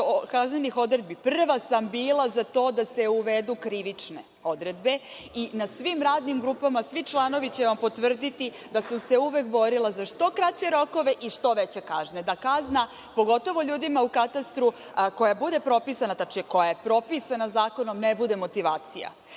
kaznenih odredbi, prva sam bila za to da se uvedu krivične odredbe i na svim radnim grupama, svi članovi će vam potvrditi da sam se uvek borila za što kraće rokove i što veće kazne, da kazna, pogotovo ljudima u Katastru koja bude propisana, tačnije koja je propisana